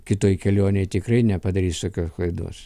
kitoj kelionėj tikrai nepadarys tokios klaidos